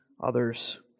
others